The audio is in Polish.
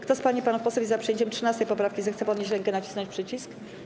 Kto z pań i panów posłów jest za przyjęciem 13. poprawki, zechce podnieść rękę i nacisnąć przycisk.